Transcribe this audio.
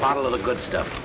a lot of the good stuff